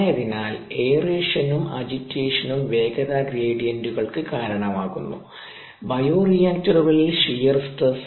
ആയതിനാൽ എയറേഷനും അജിറ്റേഷനുംaeration agitation വേഗത ഗ്രേഡിയന്റുകൾക്ക് കാരണമാകുന്നു ബയോറിയാക്ടറുകളിൽ ഷിയർ സ്ട്രെസ്സ്